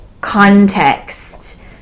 context